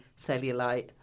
cellulite